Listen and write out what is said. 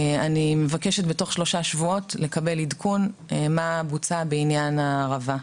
אני מבקשת בתוך שלושה שבועות לקבל עדכון מה בוצע בעניין הערבה,